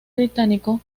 británico